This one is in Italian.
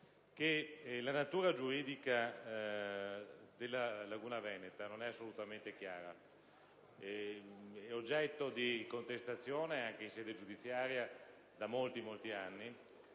la natura giuridica della laguna veneta non è assolutamente chiara ed è oggetto di contestazione anche in sede giudiziaria da molti e